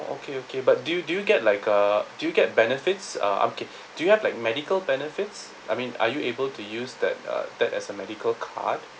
okay okay but do you do you get like uh do you get benefits uh okay do you have like medical benefits I mean are you able to use that uh that as a medical card